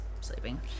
sleeping